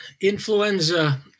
influenza